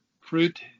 fruit